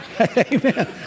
Amen